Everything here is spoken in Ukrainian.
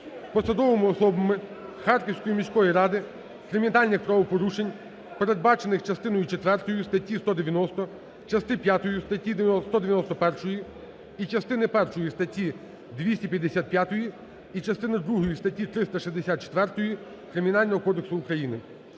посадовими особами Харківської міської ради кримінальних правопорушень, передбачених частиною четвертою статті 190, частиною п'ятою статті 191 і частиною першою статті 255, і частиною другою статті 364 Кримінального кодексу України.